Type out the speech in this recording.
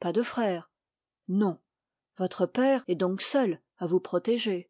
pas de frère non votre père est donc seul à vous protéger